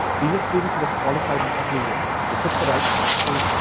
these are students who were qualified in every way. they took the right courses,